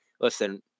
listen